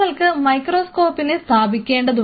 നിങ്ങൾക്ക് മൈക്രോസ്കോപ്പിനെ സ്ഥാപിക്കേണ്ടതുണ്ട്